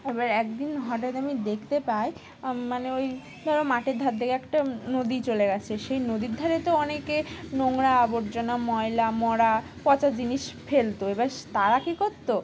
এবার একদিন হঠাৎ আমি দেখতে পাই মানে ওই ধরো মাটের ধার থেকে একটা নদী চলে গেছে সেই নদীর ধারে তো অনেকে নোংরা আবর্জনা ময়লা মরা পচা জিনিস ফেলতো এবার তারা কী করতো